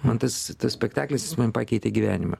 man tas tas spektaklis jis man pakeitė gyvenimą